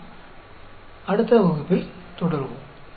நாம் அடுத்த வகுப்பில் தொடருவோம்